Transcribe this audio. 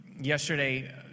Yesterday